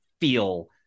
feel